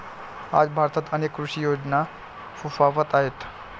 आज भारतात अनेक कृषी योजना फोफावत आहेत